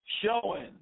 showing